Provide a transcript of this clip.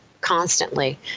constantly